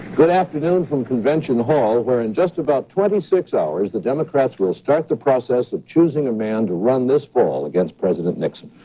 good afternoon from convention hall, where in just about twenty six hours, the democrats will start the process of choosing a man to run this fall against president nixon.